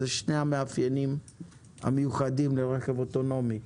אלה שני המאפיינים המיוחדים לרכב אוטונומי.